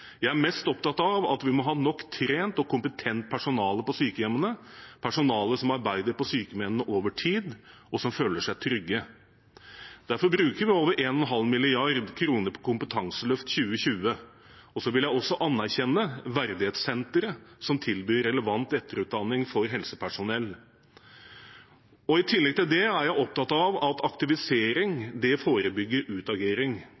Jeg er mest opptatt av at vi må ha nok trent og kompetent personale på sykehjemmene, personale som arbeider på sykehjemmene over tid, og som føler seg trygge. Derfor bruker vi over 1,5 mrd. kr på Kompetanseløft 2020. Jeg vil også anerkjenne Verdighetsenteret, som tilbyr relevant etterutdanning for helsepersonell. I tillegg er jeg opptatt av at aktivisering forebygger utagering.